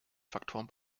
faktoren